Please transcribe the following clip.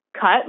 cut